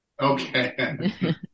Okay